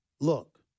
look